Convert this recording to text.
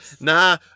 Nah